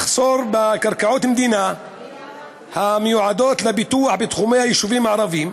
מחסור בקרקעות מדינה המיועדות לפיתוח בתחומי היישובים הערביים,